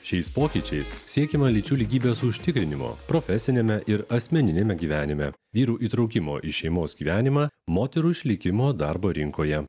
šiais pokyčiais siekiama lyčių lygybės užtikrinimo profesiniame ir asmeniniame gyvenime vyrų įtraukimo į šeimos gyvenimą moterų išlikimo darbo rinkoje